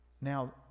Now